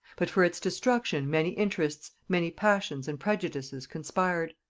but for its destruction many interests, many passions and prejudices conspired.